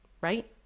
right